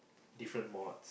different mods